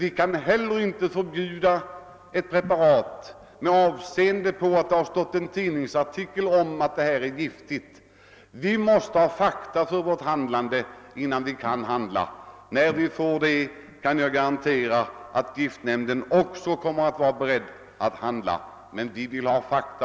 Vi kan heller inte förbjuda ett preparat på grund av att det i en tidningsartikel har stått att läsa att det är giftigt. Vi måste ha fakta på bordet innan vi kan handla. Men när vi får fakta kan jag garantera att giftnämnden också kommer att handla.